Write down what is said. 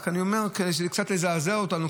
אבל אני אומר כדי שזה קצת יזעזע אותנו,